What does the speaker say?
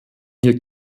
hier